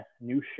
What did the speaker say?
New